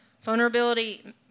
Vulnerability